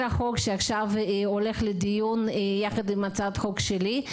החוק שעכשיו הולך לדיון יחד עם הצעת חוק שלי,